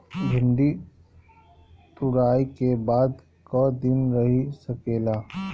भिन्डी तुड़ायी के बाद क दिन रही सकेला?